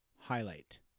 highlight